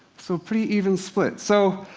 so pretty even split. so